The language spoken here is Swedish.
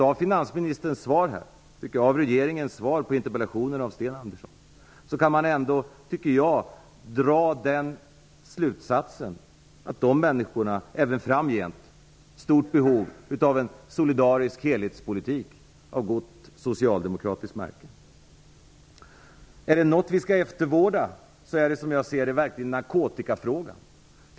Av finansministerns och regeringens svar på interpellationen av Sten Andersson kan man ändå dra den slutsatsen att de människorna även framgent är i stort behov av en solidarisk helhetspolitik av gott socialdemokratiskt märke. Är det något som vi skall eftervårda är det narkotikafrågan.